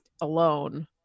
alone